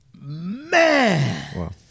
Man